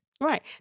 Right